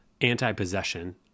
anti-possession